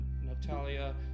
Natalia